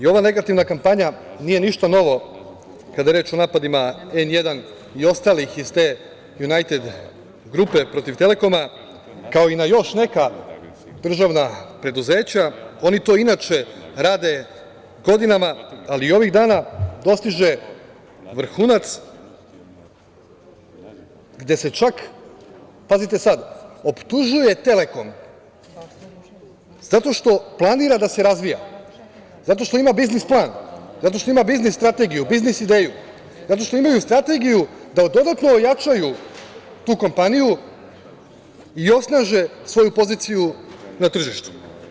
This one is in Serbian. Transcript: Ova negativna kampanja nije ništa novo, kada je reč o napadima N1 i ostalih iz te Junajted grupe protiv „Telekoma“, kao i na još neka državna preduzeća, jer oni to inače rade godinama, a li ovih dana to dostiže vrhunac, gde se čak, pazite sada, optužuje „Telekom“, zato što planira da se razvija, zato što ima biznis plan, zato što ima biznis strategiju, biznis ideju, zato što imaju strategiju da dodatno ojačaju tu kompaniji i osnaže svoju poziciju na tržištu.